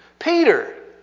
Peter